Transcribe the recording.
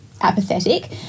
apathetic